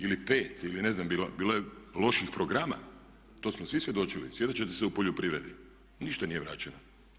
Ili 5 ili ne znam, bilo je loših programa to smo svi svjedočili, sjetit ćete se u poljoprivredi, ništa nije vraćeno.